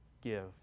give